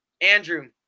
Andrew